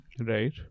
Right